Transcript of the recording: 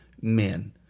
men